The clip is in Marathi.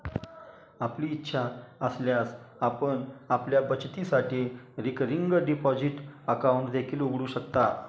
आपली इच्छा असल्यास आपण आपल्या बचतीसाठी रिकरिंग डिपॉझिट अकाउंट देखील उघडू शकता